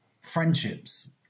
friendships